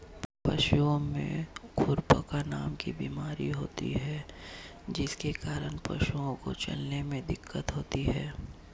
पशुओं में खुरपका नामक बीमारी होती है जिसके कारण पशुओं को चलने में दिक्कत होती है